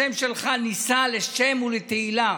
השם שלך נישא לשם ולתהילה.